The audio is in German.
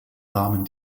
rahmen